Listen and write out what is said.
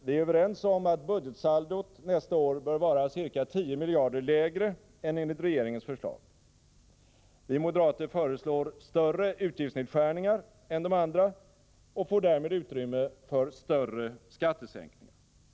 Vi är överens om att budgetsaldot nästa år bör vara ca 10 miljarder lägre än enligt regeringens förslag. Vi moderater föreslår större utgiftsnedskärningar än de andra och får därmed utrymme för större skattesänkningar.